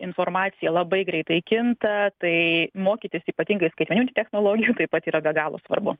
informacija labai greitai kinta tai mokytis ypatingai skaitmeninių technologijų taip pat yra be galo svarbu